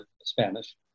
Spanish